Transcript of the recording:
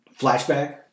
flashback